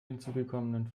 hinzugekommenen